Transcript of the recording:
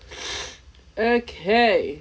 okay